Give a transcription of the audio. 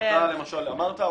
אתה למשל אמרת,